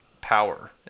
power